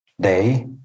day